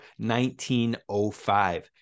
1905